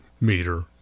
meter